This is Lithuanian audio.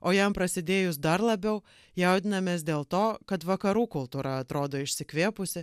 o jam prasidėjus dar labiau jaudinamės dėl to kad vakarų kultūra atrodo išsikvėpusi